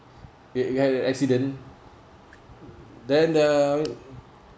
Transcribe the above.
you you have a accident then uh